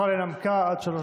אני לא שומע את עצמי.